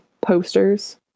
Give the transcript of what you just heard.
posters